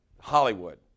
Hollywood